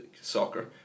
soccer